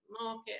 market